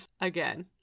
again